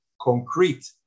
concrete